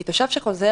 כי תושב שחוזר,